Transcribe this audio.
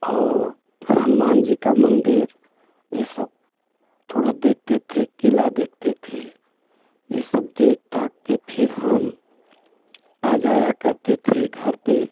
और हनुमान जी का मंदिर ये सब थोड़ा देखते थे किला देखते थे ये सब देख दाख के फिर हम आ जाया करते थे घर पर